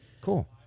Cool